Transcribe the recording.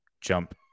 jump